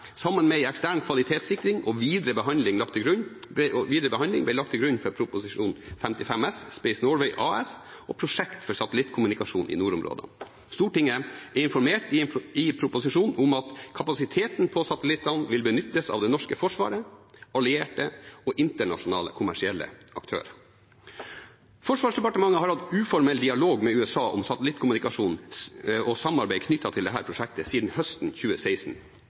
sammen med en ekstern kvalitetssikring og videre behandling, ble lagt til grunn for Prop. 55 S for 2017–2018, Space Norway AS og prosjekt for satellittkommunikasjon i nordområdene. Stortinget er informert i proposisjonen om at kapasiteten på satellittene vil benyttes av det norske forsvaret, allierte og internasjonale kommersielle aktører. Forsvarsdepartementet har hatt uformell dialog med USA om satellittkommunikasjon og samarbeid knyttet til dette prosjektet siden høsten 2016.